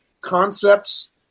concepts